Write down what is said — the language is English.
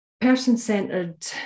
person-centered